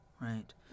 right